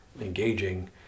engaging